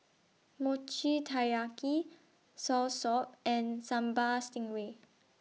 Mochi Taiyaki Soursop and Sambal Stingray